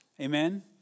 Amen